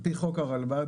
על פי חוק הרלב"ד,